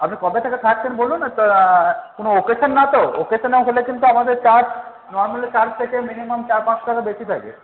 আপনি কবে থেকে থাকবেন বলুন কোনো অ্যকেশান না তো অ্যকেশানে হলে কিন্তু আমাদের চার্জ নর্মাল চার্জ থেকে মিনিমাম চার পাঁচশো টাকা বেশি থাকে